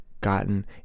gotten